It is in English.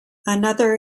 another